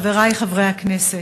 חברי חברי הכנסת,